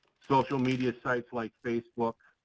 social media sites like facebook,